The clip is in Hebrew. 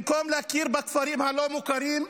במקום להכיר בכפרים הלא- מוכרים,